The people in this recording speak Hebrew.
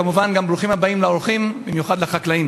כמובן, גם ברוכים הבאים לאורחים, במיוחד לחקלאים.